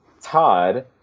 Todd